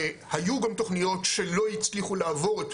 היו גם תוכניות שלא הצליחו לעבור את